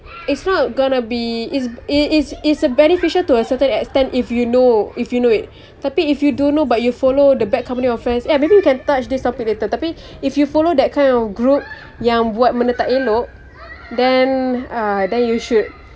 it's not gonna be is is is a beneficial to a certain extent if you know if you knew it tapi if you don't know but you follow the bad company of friends ya maybe you can touch this topic later tapi if you follow that kind of group yang buat benda tak elok then uh then you should